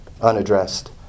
unaddressed